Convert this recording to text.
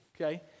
okay